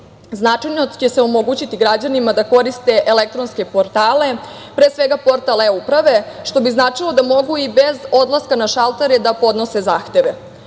Značajno će se omogućiti građanima da koriste elektronske portale, pre svega portal eUprave, što bi značilo da mogu i bez odlaska na šaltere da podnose zahteve. Ovim